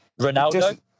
Ronaldo